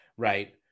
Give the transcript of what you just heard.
Right